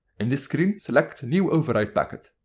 in this screen select new override packet.